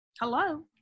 Hello